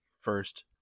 First